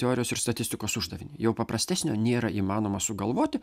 teorijos ir statistikos uždavinį jau paprastesnio nėra įmanoma sugalvoti